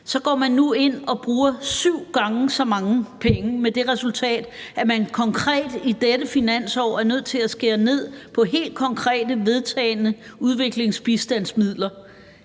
så går man nu ind og bruger syv gange så mange penge, med det resultat, at man konkret i dette finansår er nødt til at skære ned på helt konkrete, vedtagne udviklingsbistandsmidler.